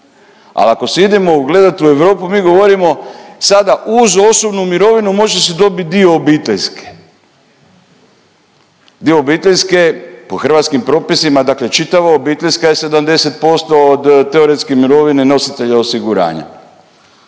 al ako se idemo ugledan u Europu mi govorimo sada uz osobnu mirovinu može se dobit dio obiteljske, dio obiteljske po hrvatskim propisima dakle čitava obiteljska je 70% od teoretski mirovine nositelja osiguranja.